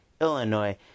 Illinois